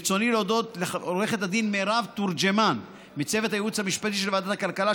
ברצוני להודות לעו"ד מירב תורג'מן מצוות הייעוץ המשפטי של ועדת הכלכלה,